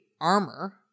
armor